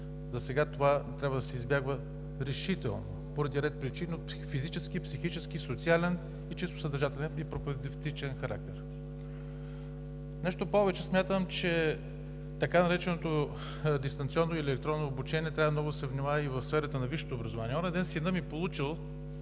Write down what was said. засега това трябва да се избягва решително поради ред причини от физически, психически, социален и чисто съдържателен, и пропедевтичен характер. Нещо повече, смятам, че така нареченото дистанционно или електронно обучение трябва много да се внимава и в сферата на висшето образование.